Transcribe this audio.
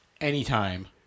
anytime